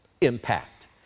impact